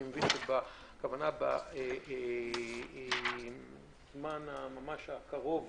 אני מבין שהכוונה בזמן הקרוב